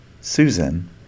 Susan